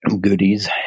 goodies